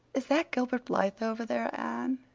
is that gilbert blythe over there, anne?